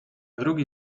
drugi